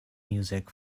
music